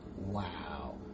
Wow